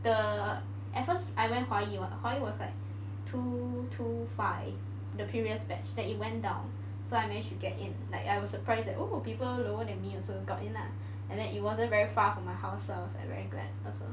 the at first I went Huayi [what] Huayi was like two two five the previous batch then it went down so I managed to get in like I was surprised that oh people lower than me also got in lah and then it wasn't very far from my house so I was like very glad also